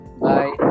Bye